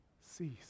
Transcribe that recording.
Cease